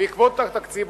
בעקבות התקציב,